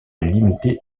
limitée